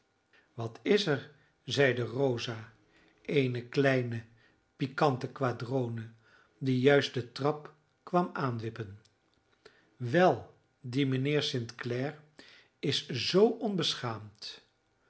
wat is er zeide rosa eene kleine pikante quadrone die juist de trap kwam aanwippen wel die mijnheer st clare is zoo onbeschaamd